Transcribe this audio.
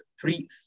three